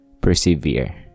persevere